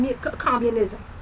communism